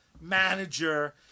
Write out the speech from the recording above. manager